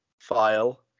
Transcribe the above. file